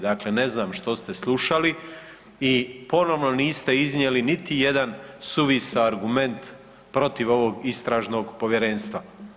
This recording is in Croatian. Dakle, ne znam što ste slušali i ponovno niste iznijeli niti jedan suvisao argument protiv ovog istražnog povjerenstva.